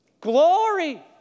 glory